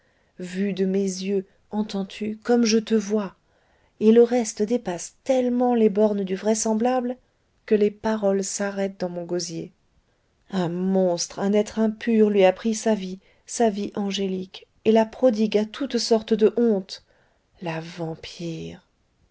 vue de mes yeux entends-tu comme je te vois et le reste dépasse tellement les bornes du vraisemblable que les paroles s'arrêtent dans mon gosier un monstre un être impur lui a pris sa vie sa vie angélique et la prodigue à toute sorte de hontes la vampire